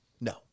No